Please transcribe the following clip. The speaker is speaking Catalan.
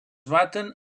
baten